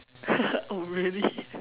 oh really